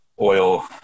oil